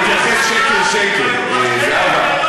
אני אתייחס שקר-שקר, זהבה.